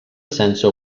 sense